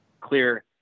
clear